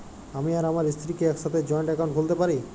আমি আর আমার স্ত্রী কি একসাথে জয়েন্ট অ্যাকাউন্ট খুলতে পারি?